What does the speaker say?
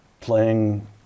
playing